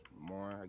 more